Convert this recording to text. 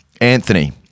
Anthony